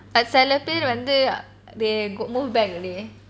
சில பேரு வந்து:sila peru vanthu they mo~ move back already